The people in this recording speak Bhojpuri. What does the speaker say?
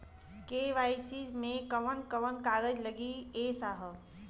के.वाइ.सी मे कवन कवन कागज लगी ए साहब?